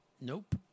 Nope